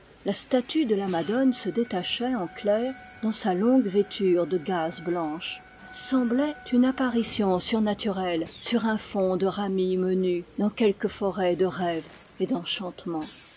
la statue de la madone se détachait en clair dans sa longue vêture de gaze blanche semblait une apparition surnaturelle sur un fond de ramilles menues dans quelque forêt de rêve et d'enchantement